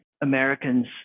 Americans